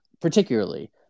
particularly